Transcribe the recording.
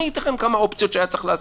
אני אתן לכם כמה אופציות שהיה צריך לעשות,